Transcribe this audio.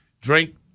drink